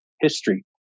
history